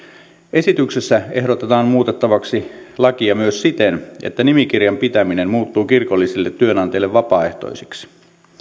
esityksessä ehdotetaan muutettavaksi lakia myös siten että nimikirjan pitäminen muuttuu kirkolliselle työnantajalle vapaaehtoiseksi